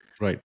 right